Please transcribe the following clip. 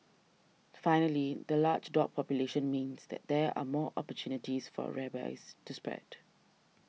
finally the large dog population means that there are more opportunities for rabies to spread